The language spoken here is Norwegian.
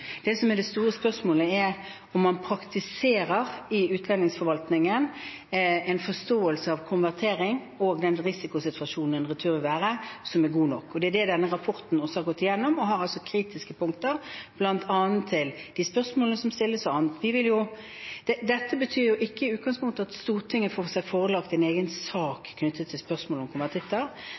Det som er det store spørsmålet, er om man i utlendingsforvaltningen praktiserer en forståelse av konvertering og den risikosituasjonen en retur vil være, som er god nok. Det er det denne rapporten også har gått igjennom, og den har altså kritiske punkter bl.a. til de spørsmålene som stilles og annet. Dette betyr ikke i utgangspunktet at Stortinget får seg forelagt en egen sak knyttet til spørsmål om